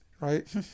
right